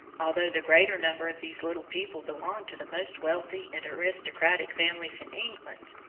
although the greater number of these little people belonged to the most wealthy and aristocratic families in england,